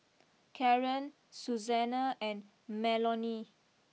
Karren Suzanna and Melony